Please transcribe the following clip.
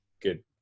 good